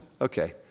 Okay